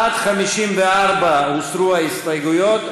עד 54 הוסרו ההסתייגויות.